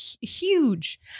huge